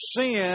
sin